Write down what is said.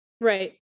Right